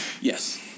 Yes